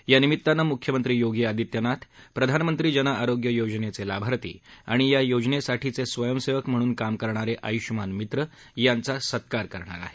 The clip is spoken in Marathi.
या निमित्तानं मुख्यमंत्री योगी आदित्यनाथ प्रधानमंत्री जन आरोग्य योजनेचे लाभार्थी आणि या योजनेसाठीचे स्वयंसेवक म्हणून काम करणारे आयुष्मान मित्र यांचा सत्कार करणार आहेत